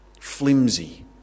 flimsy